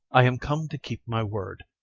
i am come to keep my word,